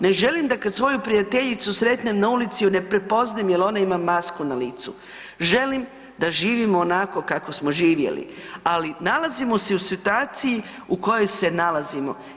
Ne želim da kad svoju prijateljicu sretnem na ulici, ne prepoznajem jer ona ima masku na licu, želim da živimo onako kako smo živjeli ali nalazimo se u situaciji u kojoj se nalazim.